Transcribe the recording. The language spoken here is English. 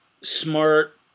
smart